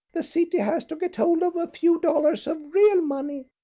the city has to get hold of a few dollars of real money,